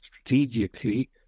strategically